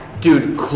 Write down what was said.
Dude